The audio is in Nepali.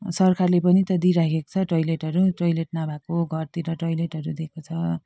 सरकारले पनि त दिराखेको छ टोयलेटहरू टोयलेट नभएको घरतिर टोयलेटहरू दिएको छ